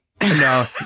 No